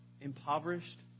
impoverished